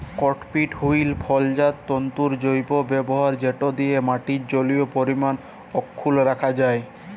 cocopeat হ্যইল ফলজাত তল্তুর জৈব ব্যাভার যেট দিঁয়ে মাটির জলীয় পরিমাল অখ্খুল্ল রাখা যায়